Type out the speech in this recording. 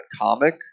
comic